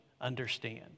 understand